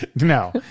No